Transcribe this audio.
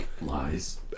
Lies